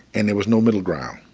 and there was no middle ground.